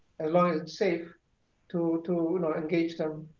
ah long as it's safe to to and engage them,